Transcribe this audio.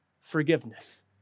forgiveness